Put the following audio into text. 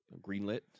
Greenlit